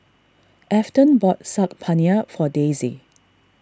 Afton bought Saag Paneer for Dasia